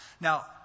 Now